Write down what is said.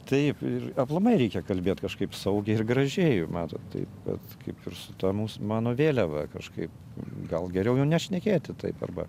taip ir aplamai reikia kalbėt kažkaip saugiai ir gražiai matot tai vat kaip ir su ta mūs mano vėliava kažkaip gal geriau jau nešnekėti taip arba